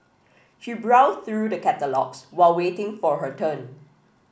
she browsed through the catalogues while waiting for her turn